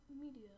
media